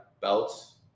belts